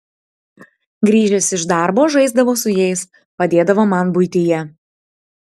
grįžęs iš darbo žaisdavo su jais padėdavo man buityje